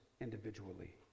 individually